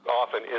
often